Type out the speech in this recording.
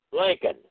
Lincoln